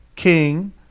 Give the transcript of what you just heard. King